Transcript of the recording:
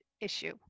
issue